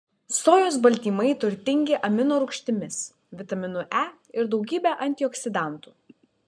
sojos baltymai turtingi aminorūgštimis vitaminu e ir daugybe antioksidantų